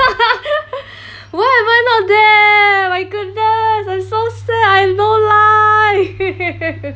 why am I not there my goodness I'm so sad I've no life